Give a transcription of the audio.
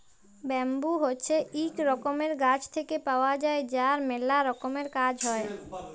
bamboo হছে ইক রকমের গাছ থেক্যে পাওয়া যায় যার ম্যালা রকমের কাজ হ্যয়